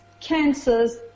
cancers